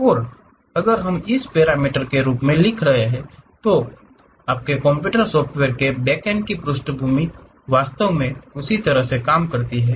और अगर हम इसे पैरामीटर रूप में लिख रहे हैं तो आपके कंप्यूटर सॉफ़्टवेयर के बैक एंड की पृष्ठभूमि वास्तव में उसी तरह से काम करती है